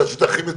את נטל המס,